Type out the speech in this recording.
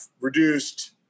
reduced